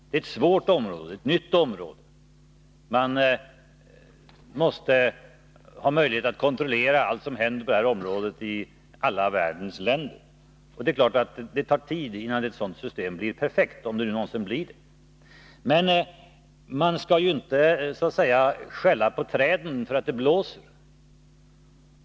Det är ett svårt och nytt område — man måste ha möjlighet att kontrollera allt som händer på det här området i alla världens länder. Det är klart att det tar tid innan ett sådant system blir perfekt, om det någonsin blir det. Men man skall ju inte skylla på träden för att det blåser.